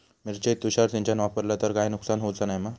मिरचेक तुषार सिंचन वापरला तर काय नुकसान होऊचा नाय मा?